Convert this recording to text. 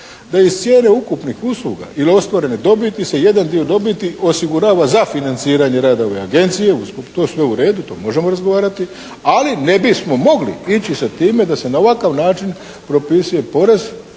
da iz cijene ukupnih usluga ili ostvarene dobiti se jedan dio dobiti osigurava za financiranje radova agencije, to je sve u redu, to možemo razgovarati, ali ne bismo mogli ići sa time da se na ovakav način propisuje porez,